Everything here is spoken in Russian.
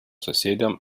соседям